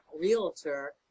realtor